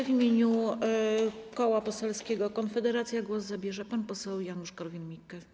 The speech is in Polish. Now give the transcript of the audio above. W imieniu Koła Poselskiego Konfederacja głos zabierze pan poseł Janusz Korwin-Mikke.